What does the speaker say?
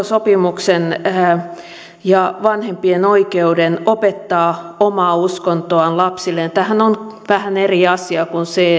sopimuksen ja vanhempien oikeuden opettaa omaa uskontoaan lapsilleen tämähän on vähän eri asia kuin se